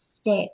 step